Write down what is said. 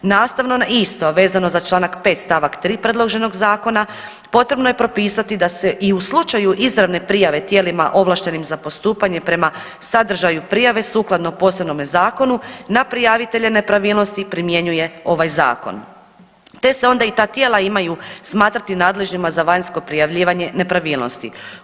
Nastavno na isto, a vezano za čl. 5. st. 3. predloženog zakona potrebno je propisati da se i u slučaju izravne prijave tijelima ovlaštenim za postupanje prema sadržaju prijave sukladno posebnome zakonu na prijavitelje nepravilnosti primjenjuje ovaj zakon, te se onda i ta tijela imaju smatrati nadležnima za vanjsko neprijavljivanje nepravilnosti.